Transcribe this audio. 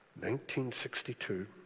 1962